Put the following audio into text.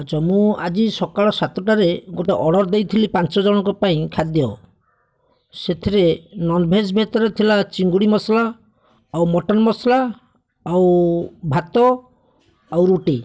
ଆଛା ମୁଁ ଆଜି ସକାଳ ସାତଟାରେ ଗୋଟେ ଅର୍ଡ଼ର୍ ଦେଇଥିଲି ପାଞ୍ଚଜଣଙ୍କ ଖାଦ୍ୟ ସେଥିରେ ନନ୍ଭେଜ୍ରେ ଭିତରେ ଥିଲା ଚିଙ୍ଗୁଡ଼ି ଆଉ ମଟନ୍ ମସଲା ଆଉ ଭାତ ଆଉ ରୁଟି